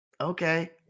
Okay